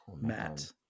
Matt